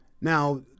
Now